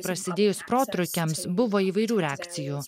prasidėjus protrūkiams buvo įvairių reakcijų